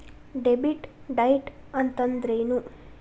Debit date ಅಂತಂದ್ರೇನು?